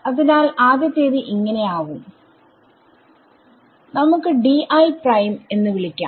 അതിനാൽ ആദ്യത്തേത് ഇങ്ങനെ ആവും നമുക്ക് dl പ്രൈമ് എന്ന് വിളിക്കാം